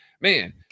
man